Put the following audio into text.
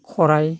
खराइ